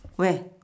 where